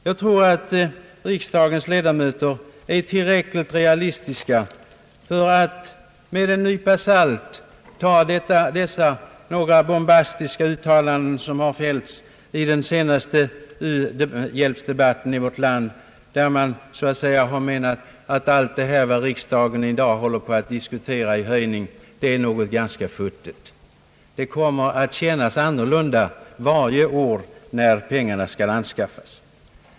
: Jag tror att riksdagens ledamöter är tillräckligt realistiska för att med en nypa salt ta några av de bombastiska uttalanden som fällts i debatten, i vilka man har menat att vad riksdagen i dag håller på att diskutera är en ganska futtig höjning. Det kommer att kännas annorlunda varje år när pengarna skall anskaffas.